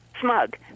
smug